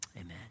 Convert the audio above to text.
amen